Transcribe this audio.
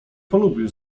polubił